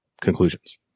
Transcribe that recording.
conclusions